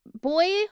Boy